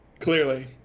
Clearly